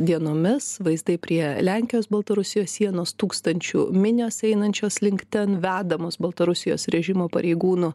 dienomis vaiztai prie lenkijos baltarusijos sienos tūkstančių minios einančios link ten vedamos baltarusijos režimo pareigūnų